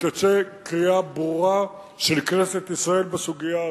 ותצא קריאה ברורה של כנסת ישראל בסוגיה הזאת,